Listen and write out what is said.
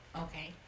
Okay